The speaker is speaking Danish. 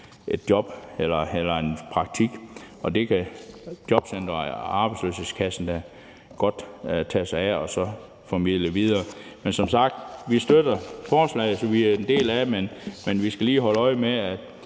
et job eller en praktikplads, og det kan jobcentret og arbejdsløshedskassen da godt tage sig af og så formidle videre. Men som sagt: Vi støtter forslaget, så vi er en del af det, men vi skal lige holde øje med,